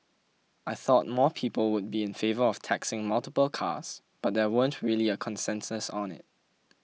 I thought more people would be in favour of taxing multiple cars but there weren't really a consensus on it